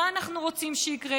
מה אנחנו רוצים שיקרה.